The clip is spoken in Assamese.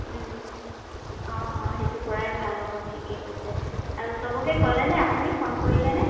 অঁ অঁ সেইটো কৰাই ভাল হ'ব ঠিকে কৈছে আৰু চবকে ক'লেনে আপুনি ফোন কৰিলে নে